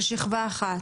של שכבה אחת?